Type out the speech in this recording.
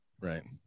Right